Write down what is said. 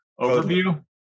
overview